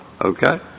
Okay